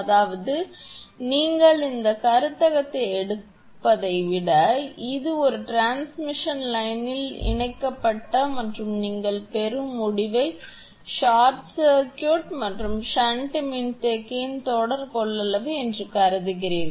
அதாவது நீங்கள் இந்த கருத்தாக்கத்தை எடுப்பதை விட இது ஒரு டிரான்ஸ்மிஷன் லைனில் இணைக்கப்பட்ட மற்றும் நீங்கள் பெறும் முடிவில் ஷார்ட் சர்க்யூட் மற்றும் ஷன்ட் மின்தேக்கியின் தொடர் கொள்ளளவு என்று கருதுகிறீர்கள்